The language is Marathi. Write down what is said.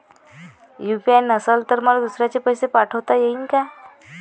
यू.पी.आय नसल तर मले दुसऱ्याले पैसे पाठोता येईन का?